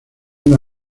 una